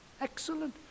Excellent